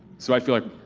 so i feel like